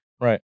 Right